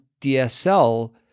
DSL